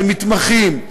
שמתמחים,